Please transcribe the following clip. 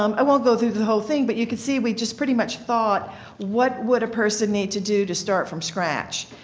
um i won't go through the whole thing but you can see we pretty much thought what would a person need to do to start from scratch?